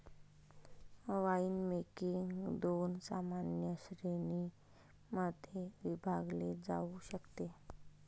winemaking दोन सामान्य श्रेणीं मध्ये विभागले जाऊ शकते